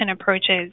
approaches